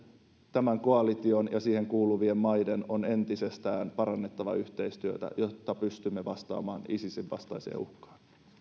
tämän koalition ja siihen kuuluvien maiden on entisestään parannettava yhteistyötä jotta pystymme vastaamaan isisin vastaiseen uhkaan